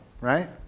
right